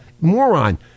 moron